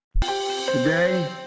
Today